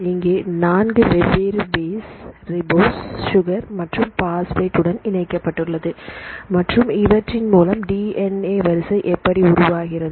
இங்கே 4 வெவ்வேறு bases ribose sugar மற்றும் பாஸ்பேட் உடன் இணைக்கப்பட்டுள்ளது மற்றும் இவற்றின் மூலம் டி என் ஏ வரிசை எப்படி உருவாகிறது